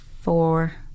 four